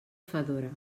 fedora